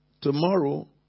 tomorrow